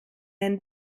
ein